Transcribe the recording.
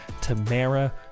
Tamara